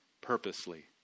purposely